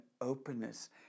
openness